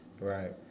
Right